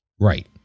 Right